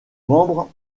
membre